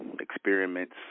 experiments